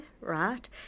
right